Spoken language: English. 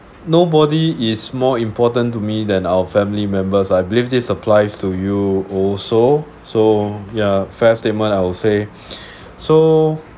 nobody is more important to me than our family members I believe this applies to you also so ya fair statement I would say so